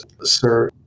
sir